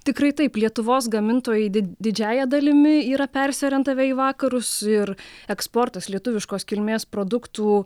tikrai taip lietuvos gamintojai didžiąja dalimi yra persiorientavę į vakarus ir eksportas lietuviškos kilmės produktų